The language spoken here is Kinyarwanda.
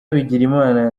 bigirimana